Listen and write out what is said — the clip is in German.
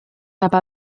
aber